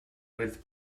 with